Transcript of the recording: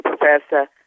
professor